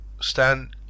Stan